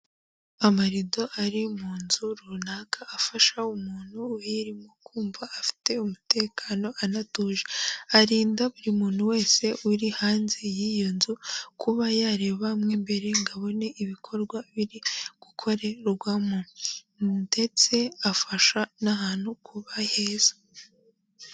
Amarido ari mu nzu runaka afasha umuntu uyirimo kumva afite umutekano anatuje, arinda buri muntu wese uri hanze y'iyo nzu kuba yareba mo imbere ngo abone ibikorwa biri gukorerwamo. Ndetse afasha n'ahantu kuba heza.